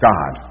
God